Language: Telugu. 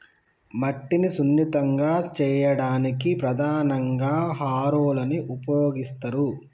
మట్టిని సున్నితంగా చేయడానికి ప్రధానంగా హారోలని ఉపయోగిస్తరు